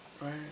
Right